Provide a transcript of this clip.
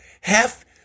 half